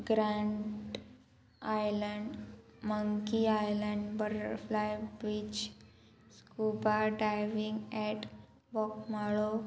grand island monkey island butterfly beach scuba diving at Bogmalo